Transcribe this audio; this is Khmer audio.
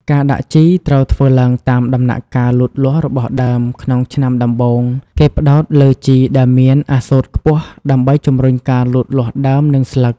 ការដាក់ជីត្រូវធ្វើឡើងតាមដំណាក់កាលលូតលាស់របស់ដើម ក្នុងឆ្នាំដំបូង គេផ្តោតលើជីដែលមានអាសូតខ្ពស់ដើម្បីជំរុញការលូតលាស់ដើម និងស្លឹក។